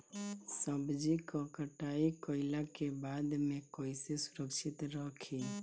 सब्जी क कटाई कईला के बाद में कईसे सुरक्षित रखीं?